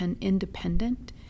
independent